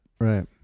right